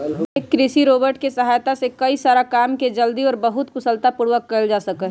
एक कृषि रोबोट के सहायता से कई सारा काम के जल्दी और बहुत कुशलता पूर्वक कइल जा सका हई